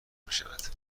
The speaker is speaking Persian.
میشود